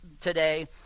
today